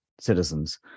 citizens